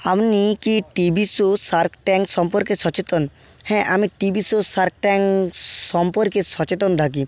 আপনি কী TV show Shark Tank সম্পর্কে সচেতন হ্যাঁ আমি টিভি শো শার্ক ট্যাঙ্ক সম্পর্কে সচেতন থাকি